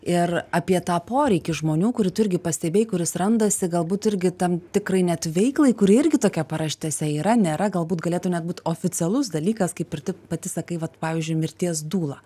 ir apie tą poreikį žmonių kurį tu irgi pastebėjai kuris randasi galbūt irgi tam tikrai net veiklai kuri irgi tokia paraštėse yra nėra galbūt galėtų net būt oficialus dalykas kaip ir tip pati sakai vat pavyžiui mirties dūla